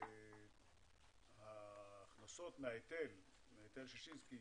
שההכנסות מהיטל ששינסקי